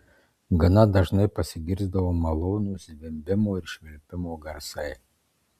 gana dažnai pasigirsdavo malonūs zvimbimo ir švilpimo garsai